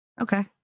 Okay